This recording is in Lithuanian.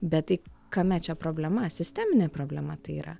bet tai kame čia problema sisteminė problema tai yra